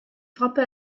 frappé